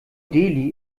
delhi